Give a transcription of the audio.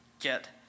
get